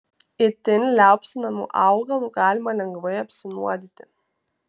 itin liaupsinamu augalu galima lengvai apsinuodyti